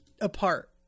apart